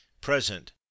Present